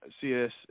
CS